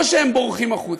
או שהם בורחים החוצה.